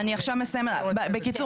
בקיצור,